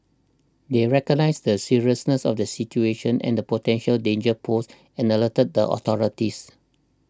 they recognised the seriousness of the situation and the potential danger posed and alerted authorities